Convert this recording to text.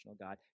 God